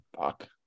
fuck